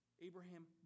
Abraham